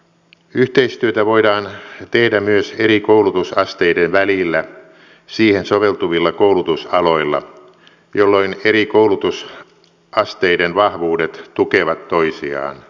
yhteistyötä voidaan tehdä myös eri koulutusasteiden välillä siihen soveltuvilla koulutusaloilla jolloin eri koulutusasteiden vahvuudet tukevat toisiaan